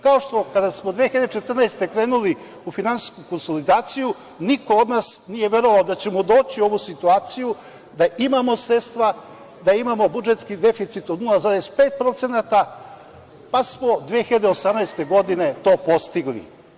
Kao što kada smo 2014. godine krenuli u finansijsku konsolidaciju, niko od nas nije verovao da ćemo doći u ovu situaciju da imamo sredstva, da imamo budžetski deficit od 0,5%, pa smo 2018. godine to postigli.